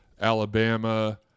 Alabama